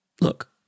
look